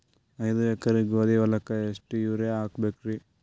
ಐದ ಎಕರಿ ಗೋಧಿ ಹೊಲಕ್ಕ ಎಷ್ಟ ಯೂರಿಯಹಾಕಬೆಕ್ರಿ?